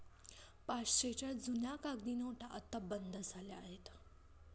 पाचशेच्या जुन्या कागदी नोटा आता बंद झाल्या आहेत